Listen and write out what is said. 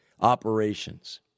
operations